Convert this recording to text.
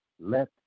let